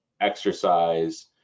exercise